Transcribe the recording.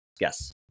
Yes